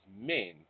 men